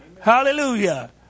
Hallelujah